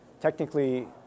Technically